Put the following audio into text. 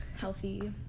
healthy